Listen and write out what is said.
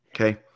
Okay